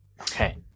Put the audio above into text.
Okay